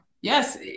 Yes